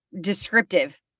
descriptive